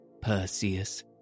Perseus